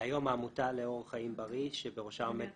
מהיום, העמותה לאורח חיים בריא שבראשה עומד פרופ'